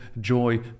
joy